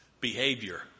behavior